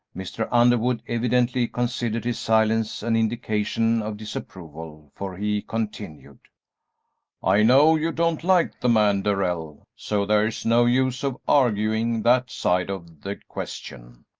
mr. underwood evidently considered his silence an indication of disapproval, for he continued i know you don't like the man, darrell, so there's no use of arguing that side of the question,